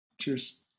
Cheers